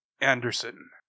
Anderson